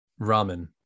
Ramen